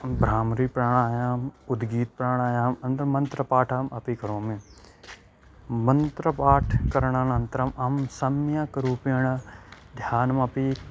भ्रामरिप्राणयामः उद्गीतप्राणायामः अनन्तरं मन्त्रपाठम् अपि करोमि मन्त्रपाठ्करणानन्तरं अहं सम्यक् रूपेण ध्यानमपि